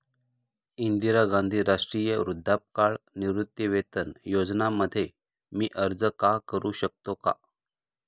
इंदिरा गांधी राष्ट्रीय वृद्धापकाळ निवृत्तीवेतन योजना मध्ये मी अर्ज का करू शकतो का?